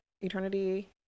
eternity